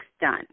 done